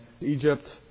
Egypt